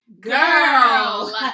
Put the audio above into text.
girl